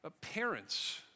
Parents